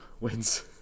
wins